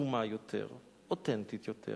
קדומה יותר ואותנטית יותר,